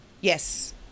Yes